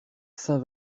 saint